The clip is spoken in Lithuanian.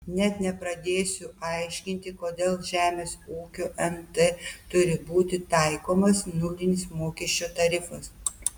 net nepradėsiu aiškinti kodėl žemės ūkio nt turi būti taikomas nulinis mokesčio tarifas